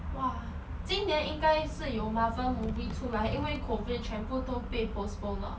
!wah! 今年应该是有 marvel movie 出来因为 covid 全部都被 postpone 了